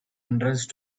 entrance